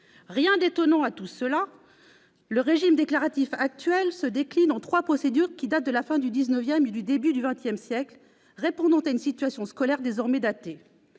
rien d'étonnant à tout cela : le régime déclaratif actuel se décline en trois procédures qui datent de la fin du XIX et du début du XX siècle et qui répondent donc à une situation scolaire désormais datée.